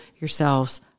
yourselves